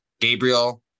Gabriel